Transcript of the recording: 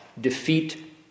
Defeat